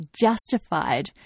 justified